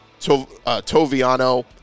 Toviano